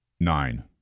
nine